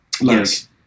Yes